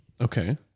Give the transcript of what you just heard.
Okay